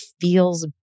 feels